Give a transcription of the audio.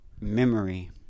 memory